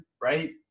right